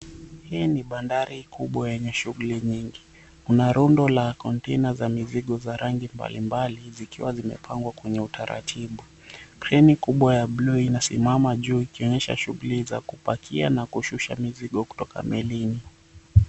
Hii ni bandari kubwa yenye shughuli nyingi kuna rundo la kontena za mizigo za rangi mbalimbali zikiwa zimepangwa kwenye utaratibu. Kreni kubwa ya bluu inasimama juu ikionyesha shughuli za kupakia na kushusha mizigo kutoka meli.